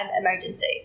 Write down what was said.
emergency